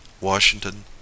Washington